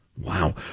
Wow